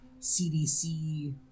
cdc